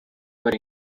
were